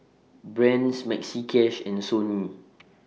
Brand's Maxi Cash and Sony